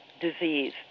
disease